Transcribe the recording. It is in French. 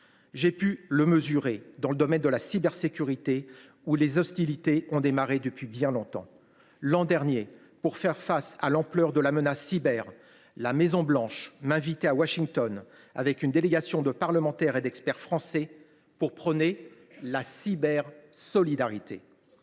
J’ai pu le mesurer dans le domaine de la cybersécurité, où les hostilités ont démarré depuis bien longtemps. L’an dernier, pour faire face à l’ampleur de la menace cyber, la Maison Blanche m’invitait à Washington avec une délégation de parlementaires et d’experts français pour prôner la cybersolidarité.